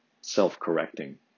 self-correcting